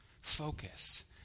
focus